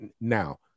now